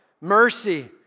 Mercy